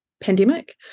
pandemic